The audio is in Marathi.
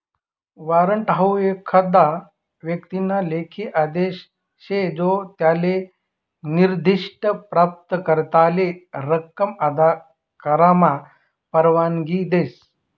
वॉरंट हाऊ एखादा व्यक्तीना लेखी आदेश शे जो त्याले निर्दिष्ठ प्राप्तकर्त्याले रक्कम अदा करामा परवानगी देस